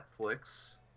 Netflix